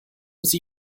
sie